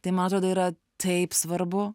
tai man atrodo yra taip svarbu